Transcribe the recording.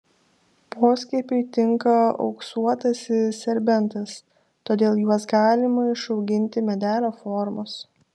poskiepiui tinka auksuotasis serbentas todėl juos galima išauginti medelio formos